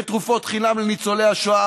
ותרופות חינם לניצולי השואה,